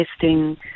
testing